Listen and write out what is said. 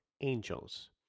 angels